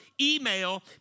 email